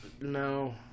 No